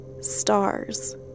stars